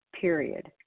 Period